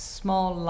small